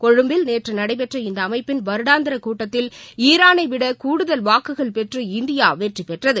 கொழும்பில் நேற்றுடைபெற்ற இந்தஅமைப்பின் வருடாந்திரகூட்டத்தில் ஈரானைவிடகூடுதல் வாக்குகள் பெற்று இந்தியாவெற்றிபெற்றது